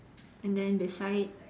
and then beside